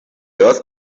earth